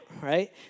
right